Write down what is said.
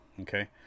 Okay